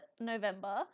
November